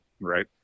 right